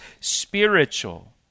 spiritual